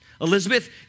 Elizabeth